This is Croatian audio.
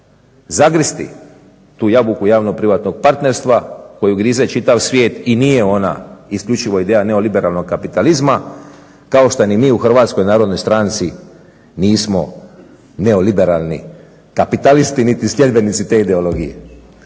zagristi tu jabuku javno-privatnog partnerstva koju grize čitav svijet i nije ona isključivo ideja neoliberalnog kapitalizma kao što ni mi u Hrvatskoj narodnoj stranci nisu neoliberalni kapitalisti niti sljedbenici te ideologije.